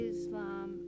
Islam